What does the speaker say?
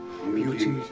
Beauty